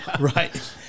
Right